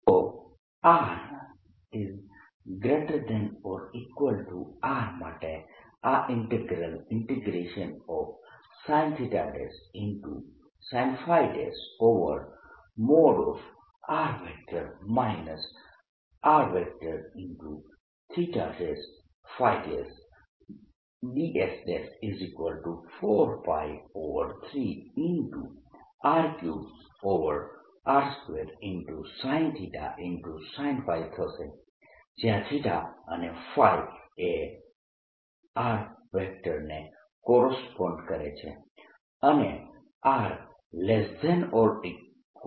તો r≥R માટે આ ઈન્ટીગ્રલ sinsinϕr R ϕds4π3R3r2sinθsinϕ થશે જ્યાં અને એ r ને કોરસ્પોન્ડ કરે છે